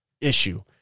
issue